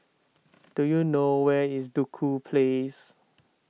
do you know where is Duku Place